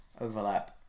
overlap